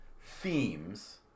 themes